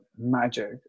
Magic